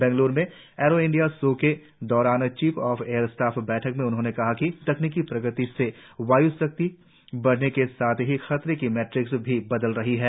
बंगल्रु में Aero India show के दौरान चीफ ऑफ एयर स्टाफ बैठक में उन्होंने कहा कि तकनीकी प्रगति से वाय् शक्ति बढ़ने के साथ ही खतरे की मैट्रिक्स भी बदल रही है